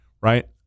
right